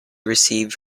received